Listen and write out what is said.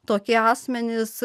tokie asmenys